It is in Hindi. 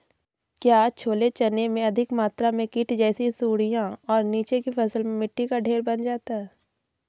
क्या छोले चने में अधिक मात्रा में कीट जैसी सुड़ियां और नीचे की फसल में मिट्टी का ढेर बन जाता है?